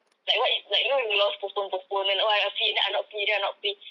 like what like you know we always postpone postpone oh I I free then I'm not free then I'm not free